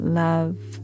love